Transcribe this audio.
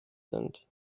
sind